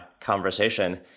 conversation